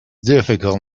difficult